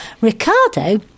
Ricardo